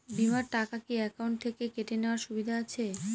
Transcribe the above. বিমার টাকা কি অ্যাকাউন্ট থেকে কেটে নেওয়ার সুবিধা আছে?